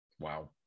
Wow